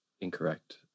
incorrect